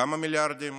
כמה מיליארדים?